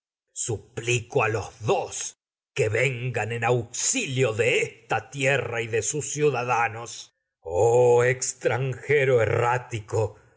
suplico a los dos que vengan en esta tierra y auxilio de sus ciudadanos